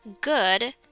good